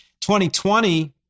2020